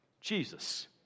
Jesus